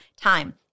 time